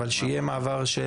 אבל שיהיה מעבר של